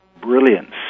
brilliance